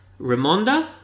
Ramonda